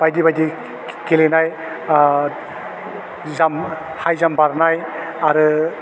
बायदि बायदि गेलेनाय हाइजाम बारनाय आरो